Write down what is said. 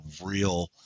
real